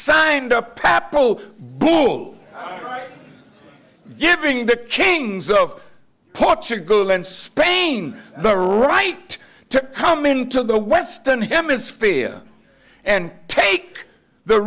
signed up papel bull giving the kings of portugal and spain the right to come into the western hemisphere and take the